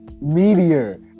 Meteor